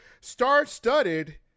star-studded